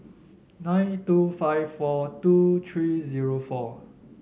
nine two five four two three zero four